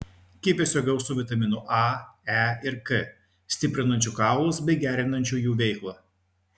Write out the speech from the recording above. kiviuose gausu vitaminų a e ir k stiprinančių kaulus bei gerinančių jų veiklą